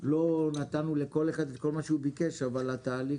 לא נתנו לכל אחד את כל מה שהוא ביקש אבל התהליך